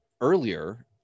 earlier